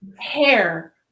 hair